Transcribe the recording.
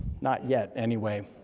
not yet anyway.